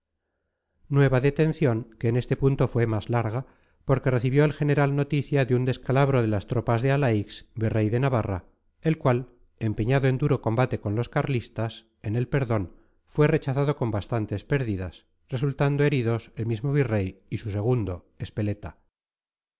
nueva detención que en este punto fue más larga porque recibió el general noticia de un descalabro de las tropas de alaix virrey de navarra el cual empeñado en duro combate con los carlistas en el perdón fue rechazado con bastantes pérdidas resultando heridos el mismo virrey y su segundo espeleta